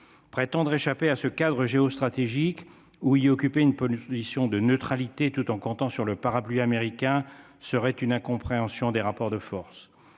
prétendre échapper à ce cadre géostratégique où il occupait une pollution édition de neutralité tout en comptant sur le parapluie américain serait une incompréhension des rapports de force